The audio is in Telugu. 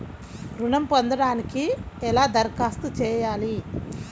ఋణం పొందటానికి ఎలా దరఖాస్తు చేయాలి?